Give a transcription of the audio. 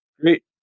great